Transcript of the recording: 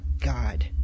god